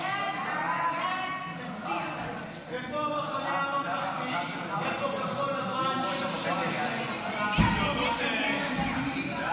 הצעת סיעת יש עתיד להביע אי-אמון בממשלה לא נתקבלה.